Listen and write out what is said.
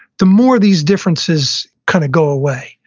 the more these differences kind of go away.